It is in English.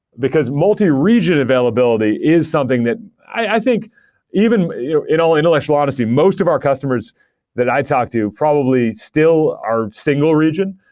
because multi-region availability is something that i think even you know in all intellectual honesty, most of our customers that i've talked to probably still are single region,